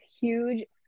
huge